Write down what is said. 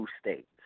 states